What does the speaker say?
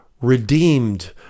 redeemed